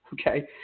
Okay